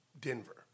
Denver